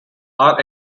are